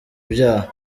ibyaha